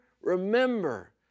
remember